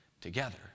together